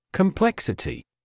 Complexity